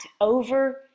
over